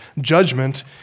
judgment